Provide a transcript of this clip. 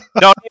no